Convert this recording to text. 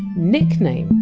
nickname,